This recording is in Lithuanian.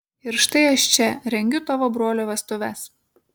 ir štai aš čia rengiu tavo brolio vestuves